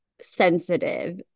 sensitive